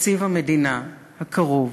שתקציב המדינה הקרוב